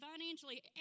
financially